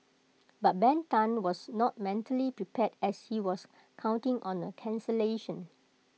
but Ben Tan was not mentally prepared as he was counting on A cancellation